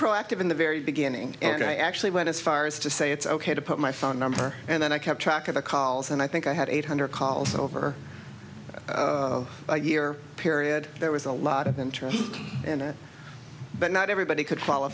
proactive in the very beginning and i actually went as far as to say it's ok to put my phone number and then i kept track of the calls and i think i had eight hundred calls so a year period there was a lot of interest in a but not everybody could